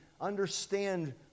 understand